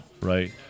Right